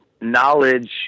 knowledge